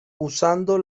usando